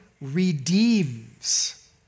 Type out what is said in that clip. redeems